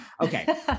Okay